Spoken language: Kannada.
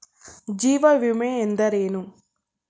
ಜೀವ ವಿಮೆ ಎಂದರೇನು?